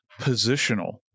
positional